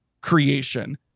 creation